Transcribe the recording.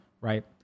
Right